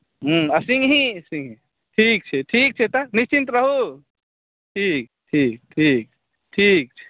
हँ आ सिङ्गही सिङ्गही ठीक छै ठीक छै तऽ निश्चिन्त रहू ठीक ठीक ठीक ठीक छै